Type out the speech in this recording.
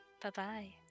Bye-bye